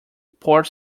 port